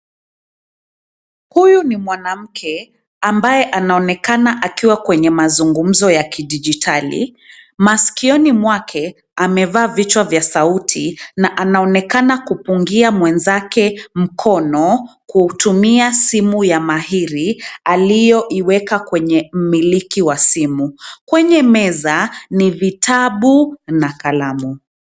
Huyu ni mwanamke ambaye anaonekana akiwa kwenye mazungumzo ya kidijitali. Masikioni mwake amevaa vichwa vya sauti, na anaonekana kupungia mwenzake mkono kutumia simu ya mahiri aliyoiweka kwenye mmiliki wa simu. Kwenye meza ni vitabu na kalamu.